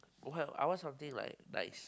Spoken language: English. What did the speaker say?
what I want something like nice